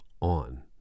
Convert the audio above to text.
on